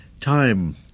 Time